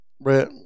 Brett